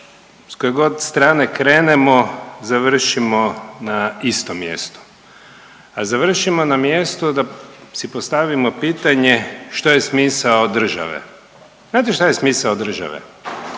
s koje god strane krenemo završimo na istom mjestu, a završimo na mjestu da si postavimo pitanje što je smisao države. Znate šta je smisao države?